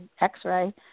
x-ray